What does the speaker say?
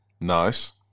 Nice